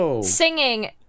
singing